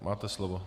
Máte slovo.